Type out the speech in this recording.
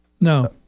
No